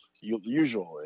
usually